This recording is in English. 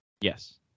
Yes